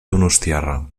donostiarra